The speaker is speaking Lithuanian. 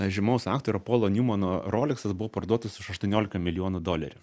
žymaus aktorio polo niumano roleksas buvo parduotas už aštuoniolika milijonų dolerių